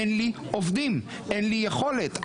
אין לי עובדים אין לי יכולת.